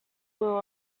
will